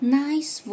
nice